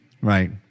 Right